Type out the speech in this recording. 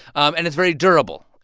um and it's very durable.